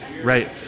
right